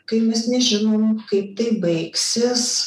kai mes nežinom kaip tai baigsis